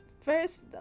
first